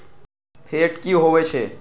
Fat की होवछै?